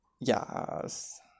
Yes